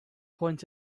point